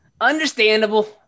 Understandable